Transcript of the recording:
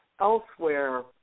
elsewhere